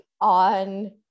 on